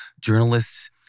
journalists